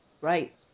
Right